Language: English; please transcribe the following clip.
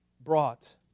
brought